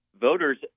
voters